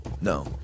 No